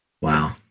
Wow